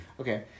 Okay